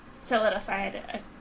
solidified